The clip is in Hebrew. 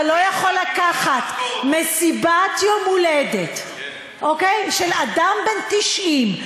אתה לא יכול לקחת מסיבת יום הולדת של אדם בן 90,